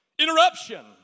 interruption